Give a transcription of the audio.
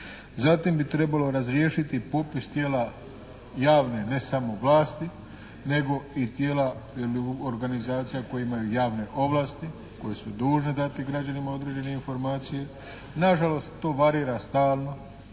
Zatim bi trebalo razriješiti popis tijela javne, ne samo vlasti, nego i tijela ili organizacija koje imaju javne ovlasti, koje su dužne dati građanima određene informacije. Nažalost to varira stalno